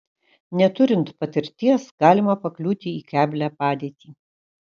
neturint patirties galima pakliūti į keblią padėtį